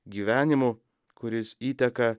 gyvenimo kuris įteka